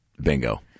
Bingo